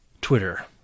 Twitter